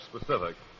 specific